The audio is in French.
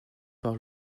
par